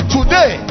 Today